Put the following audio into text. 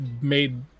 made